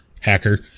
hacker